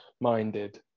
minded